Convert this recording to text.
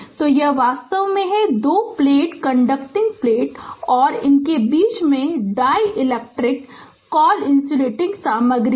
तो यह वास्तव में है दो प्लेट कंडक्टिंग प्लेट और बीच बीच में डाईइलेक्ट्रिक कॉल इंसुलेटिंग सामग्री है